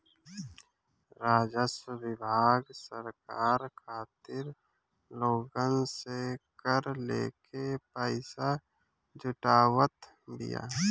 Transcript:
राजस्व विभाग सरकार खातिर लोगन से कर लेके पईसा जुटावत बिया